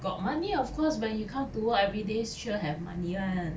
got money of course but you come to work everyday sure have money [one]